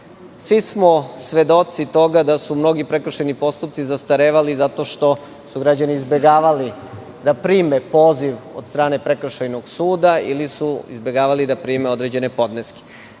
Svi smo svedoci toga da su mnogi prekršajni postupci zastarevali zato što su građani izbegavali da prime poziv od strane prekršajnog suda ili su izbegavali da prime određene podneske. Sada